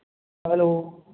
hello